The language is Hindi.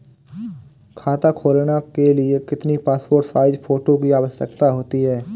खाता खोलना के लिए कितनी पासपोर्ट साइज फोटो की आवश्यकता होती है?